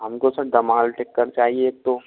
हमको सर दमाल टिक्का चाहिए एक तो